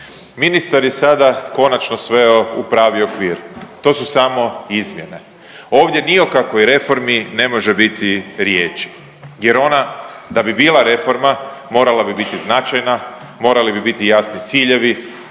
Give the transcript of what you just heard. ministar je sada konačno sveo u pravi okvir. To su samo izmjene. Ovdje ni o kakvoj reformi ne može biti riječi jer ona da bi bila reforma morala bi biti značajna, morali bi biti jasni ciljevi,